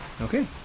Okay